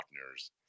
partners